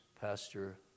pastor